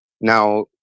Now-